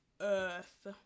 Earth